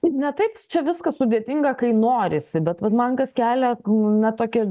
na taip čia viskas sudėtinga kai norisi bet vat man kas kelia na tokį